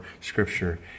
scripture